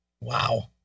Wow